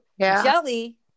jelly